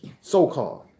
so-called